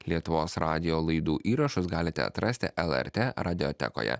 lietuvos radijo laidų įrašus galite atrasti lrt radiotekoje